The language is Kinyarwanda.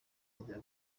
perezida